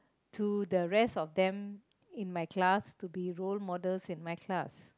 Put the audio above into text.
to the rest of them in my class to be role models in my class